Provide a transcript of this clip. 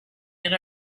and